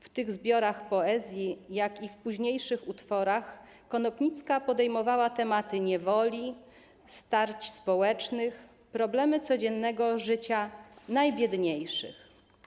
W tych zbiorach poezji, tak jak w późniejszych utworach, Konopnicka podejmowała tematy niewoli, starć społecznych, problemy codziennego życia najbiedniejszych.